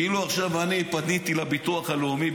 כאילו עכשיו אני פניתי לביטוח הלאומי,